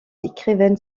écrivaine